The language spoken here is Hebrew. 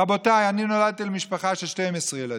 רבותיי, אני נולדתי למשפחה של 12 ילדים.